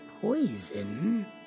poison